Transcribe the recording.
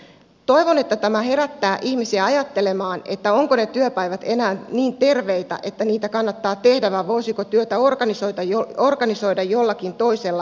toivon että tämä herättää ihmisiä ajattelemaan ovatko ne työpäivät enää niin terveitä että niitä kannattaa tehdä vai voisiko työtä organisoida jollakin toisella tavalla